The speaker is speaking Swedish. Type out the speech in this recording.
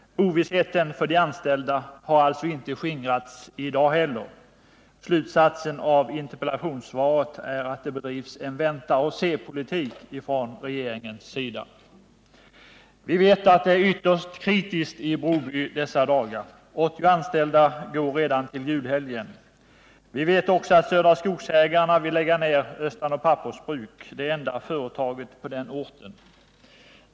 Ovissheten för de anställda har alltså inte skingrats i dag heller. Slutsatsen av interpellationssvaret är att det bedrivs en ”vänta-och-se-politik” rån regeringens sida. Vi vet att det är ytterst kritiskt i Broby i dessa dagar — 80 anställda går redan till julhelgen. Vi vet också att Södra Skogsägarna vill lägga ner Östanå Pappersbruk, det enda företaget på orten.